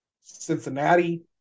Cincinnati